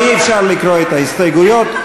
אי-אפשר לקרוא את ההסתייגויות.